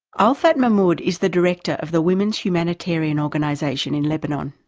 olfat mahmoud is the director of the women's humanitarian organisation in lebanon.